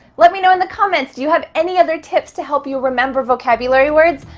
let me know in the comments, do you have any other tips to help you remember vocabulary words?